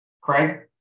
Craig